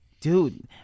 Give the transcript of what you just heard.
Dude